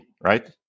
right